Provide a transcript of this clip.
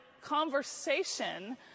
conversation